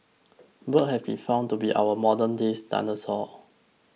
birds have been found to be our modernday's dinosaur